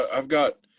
ah i've got,